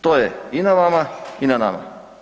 To je i na vama i na nama.